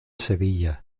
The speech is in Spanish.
sevilla